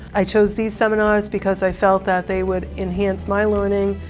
i chose these seminars because i felt that they would enhance my learning,